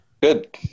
Good